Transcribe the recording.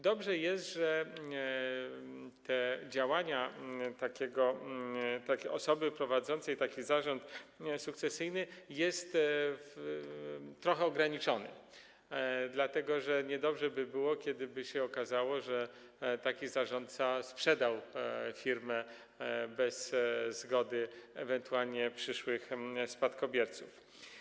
Dobrze jest, że te działania osoby prowadzącej taki zarząd sukcesyjny są trochę ograniczone, dlatego że niedobrze by było, kiedy by się okazało, że taki zarządca sprzedał firmę bez zgody ewentualnych przyszłych spadkobierców.